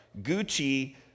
Gucci